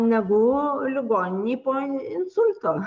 negu ligoninėj po insulto